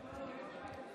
נפתלי מזכיר